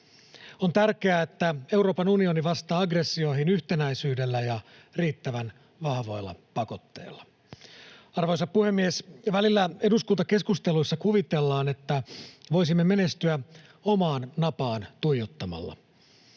On tärkeää, että Euroopan unioni vastaa aggressioihin yhtenäisyydellä ja riittävän vahvoilla pakotteilla. Arvoisa puhemies! Välillä eduskuntakeskusteluissa kuvitellaan, että voisimme menestyä omaan napaan tuijottamalla.